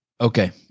Okay